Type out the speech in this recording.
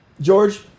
George